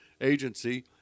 agency